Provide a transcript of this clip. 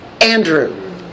Andrew